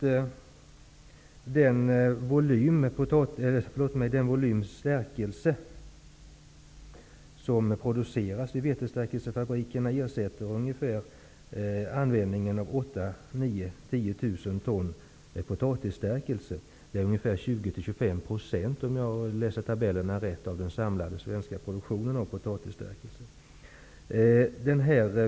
Jag kan konstatera att den volym stärkelse som produceras i vetestärkelsefabrikerna ersätter användningen av 8 000--10 000 ton potatisstärkelse. Det är, om jag läser tabellerna rätt, 20--25 % av den samlade svenska produktionen av potatisstärkelse.